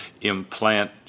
implant